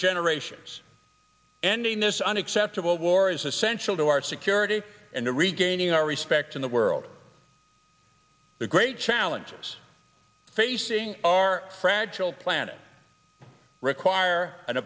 generations ending this unacceptable war is essential to our security and to regaining our respect in the world the great challenges facing our fragile planet require an